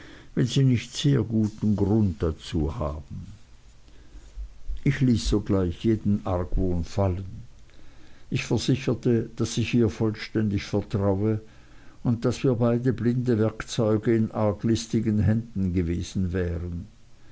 wenn sie nicht sehr guten grund dazu haben ich ließ sogleich jeden argwohn fallen ich versicherte daß ich ihr vollständig vertraue und daß wir beide blinde werkzeuge in arglistigen händen gewesen wären